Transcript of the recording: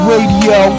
Radio